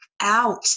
out